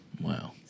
Wow